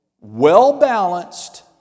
well-balanced